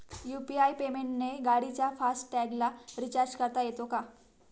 UPI पेमेंटने गाडीच्या fast टॅगला रिर्चाज करता येते का?